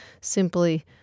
simply